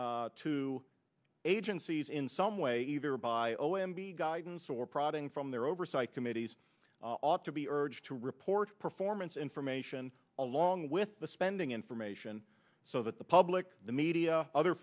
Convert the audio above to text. to agencies in some way either by o m b guidance or prodding from their oversight committees ought to be urged to report performance information along with the spending information so that the public the media other